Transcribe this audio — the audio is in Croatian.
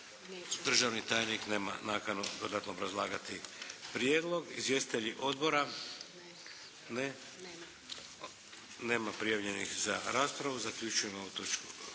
Državni tajnik nema nakanu dodatno obrazlagati prijedlog. Izvjestitelji odbora? Ne. Nema prijavljenih za raspravu. Zaključujem ovu točku